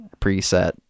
preset